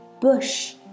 Bush